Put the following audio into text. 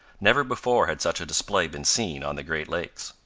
never before had such a display been seen on the great lakes.